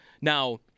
Now